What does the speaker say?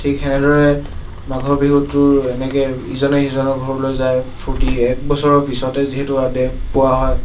ঠিক সেনেদৰে মাঘৰ বিহুটোৰ এনেকৈ ইজনে সিজনৰ ঘৰলৈ যায় ফূৰ্ত্তি এক বছৰৰ পিছতে যিহেতু আদে পোৱা হয়